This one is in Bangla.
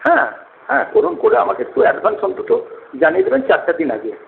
হ্যাঁ হ্যাঁ ওইরকম করে আমাকে একটু অ্যাডভান্স অন্তত জানিয়ে দেবেন চারটে দিন আগে